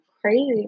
crazy